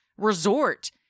resort